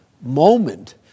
moment